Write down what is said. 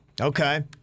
okay